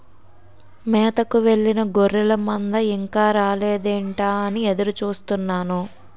మేతకు వెళ్ళిన గొర్రెల మంద ఇంకా రాలేదేంటా అని ఎదురు చూస్తున్నాను